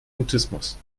mutismus